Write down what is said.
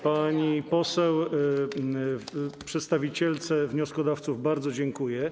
Pani poseł przedstawicielce wnioskodawców bardzo dziękuję.